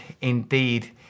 indeed